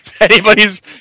Anybody's